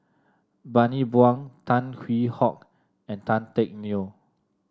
Bani Buang Tan Hwee Hock and Tan Teck Neo